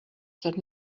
that